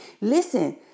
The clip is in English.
Listen